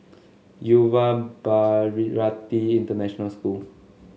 Yuva Bharati International School